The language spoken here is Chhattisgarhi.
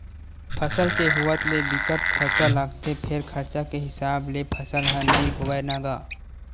फसल के होवत ले बिकट खरचा लागथे फेर खरचा के हिसाब ले फसल ह नइ होवय न गा